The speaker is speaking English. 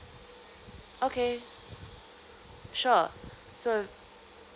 okay sure so